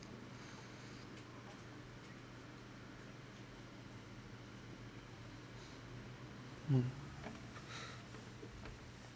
mm